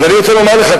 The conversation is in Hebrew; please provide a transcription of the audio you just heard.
אז אני רוצה לומר לך,